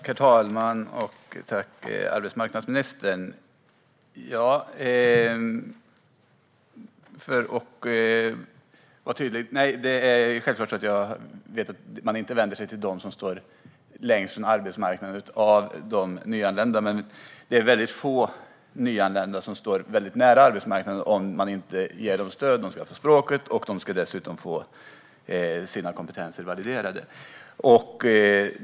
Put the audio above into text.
Herr talman! Låt mig vara tydlig: Självklart vet jag att man inte vänder sig till de nyanlända som står längst ifrån arbetsmarknaden. Men väldigt få nyanlända står nära arbetsmarknaden om man inte ger dem det stöd de behöver i form av språk och validerad kompetens.